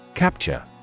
Capture